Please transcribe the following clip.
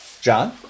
John